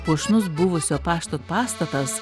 puošnus buvusio pašto pastatas